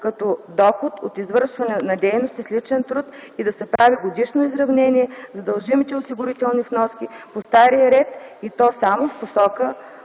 като доход от извършване на дейности с личен труд и да се прави годишно изравнение на дължимите осигурителни вноски по стария ред и то само в посока